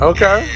Okay